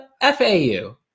FAU